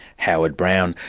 howard brown,